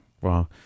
wow